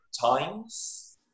times